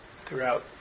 throughout